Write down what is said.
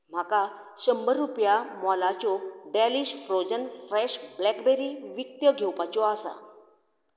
म्हाका शंबर रुपया मोलाच्यो डॅलीश फ्रोझन फ्रेश ब्लॅकबेरी विकत्यो घेवपाच्यो आसा